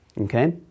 Okay